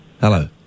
Hello